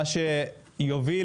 מה שיוביל,